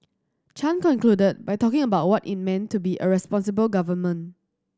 Chan concluded by talking about what it meant to be a responsible government